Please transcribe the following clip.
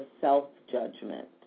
self-judgment